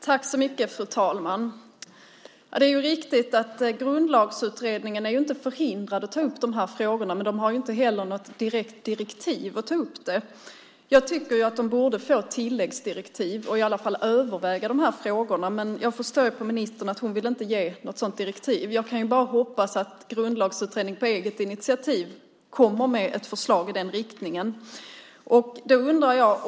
Fru talman! Det är riktigt att Grundlagsutredningen inte är förhindrad att ta upp dessa frågor, men den har inte heller något direkt direktiv att ta upp dem. Jag tycker att den borde få tilläggsdirektiv och i alla fall överväga dessa frågor. Men jag förstår att ministern inte vill ge något sådant direktiv. Jag kan bara hoppas att Grundlagsutredningen på eget initiativ kommer med ett förslag i den riktningen.